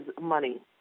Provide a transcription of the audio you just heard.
money